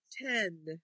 Ten